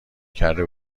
کرده